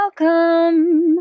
welcome